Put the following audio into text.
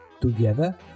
Together